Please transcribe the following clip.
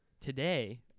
today